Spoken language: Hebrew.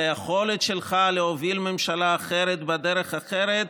על היכולת שלך להוביל ממשלה אחרת בדרך אחרת,